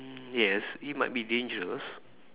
mm yes it might be dangerous